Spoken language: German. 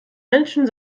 menschen